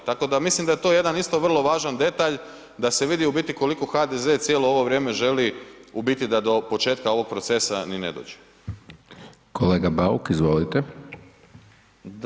I tako da mislim da je to jedan isto vrlo važan detalj da se vidi u biti koliko HDZ cijelo ovo vrijeme želi u biti da do početka ovog procesa ni ne dođe.